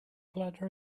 bladder